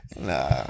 Nah